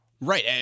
Right